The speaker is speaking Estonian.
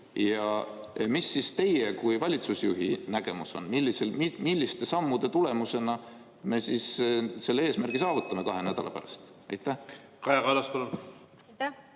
Mis on siis teie kui valitsusjuhi nägemus, milliste sammude tulemusena me selle eesmärgi saavutame kahe nädala pärast? Kaja